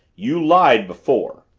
you lied before!